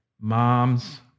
moms